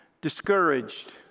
discouraged